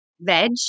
veg